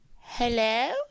Hello